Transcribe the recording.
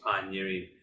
pioneering